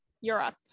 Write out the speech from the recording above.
Europe